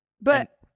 But-